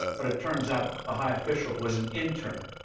but turns out the high official was an intern.